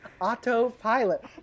Autopilot